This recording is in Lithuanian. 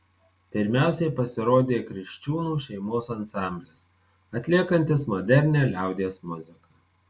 pirmiausiai pasirodė kriščiūnų šeimos ansamblis atliekantis modernią liaudies muziką